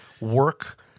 work